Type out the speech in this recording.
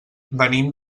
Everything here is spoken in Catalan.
venim